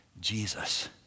Jesus